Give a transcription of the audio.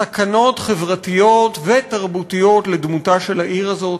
סכנות חברתיות ותרבותיות לדמותה של העיר הזאת.